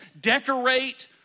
decorate